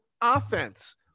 offense